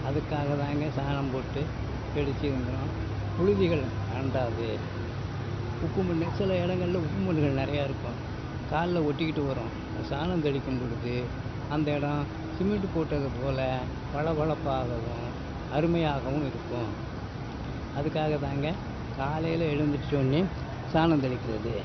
அதுக்காகதாங்க சாணம் போட்டு தெளிச்சிங்குறோம் புழுதிகள் அண்டாது உப்பு மண் சில இடங்கள்ல உப்பு மண்ணுகள் நிறையா இருக்கும் காலில் ஒட்டிக்கிட்டு வரும் சாணம் தெளிக்கும்பொழுது அந்த இடம் சிமிண்ட்டு போட்டதுபோல் பளபளப்பாகவும் அருமையாகவும் இருக்கும் அதுக்காகதாங்க காலையில் எழந்திரிச்ச உடனே சாணம் தெளிக்கிறது